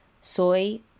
Soy